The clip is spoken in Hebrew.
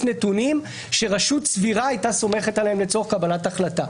נתונים שרשות סבירה הייתה סומכת עליהם לצורך קבלת החלטה.